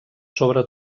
sobre